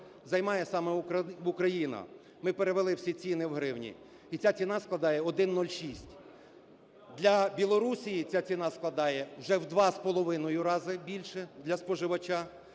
займає саме Україна, ми перевели всі ціни у гривні, і ця ціна складає 1,06; для Білорусії ця ціна складає вже у 2,5 рази більше для споживача,